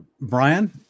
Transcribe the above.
Brian